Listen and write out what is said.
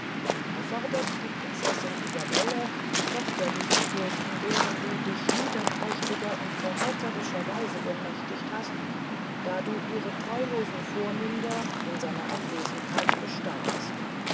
er fordert die prinzessin isabelle tochter dieses fürsten deren du dich niederträchtiger und verrätherischer weise bemächtigt hast da du ihre treulosen vormünder in seiner abwesenheit bestachst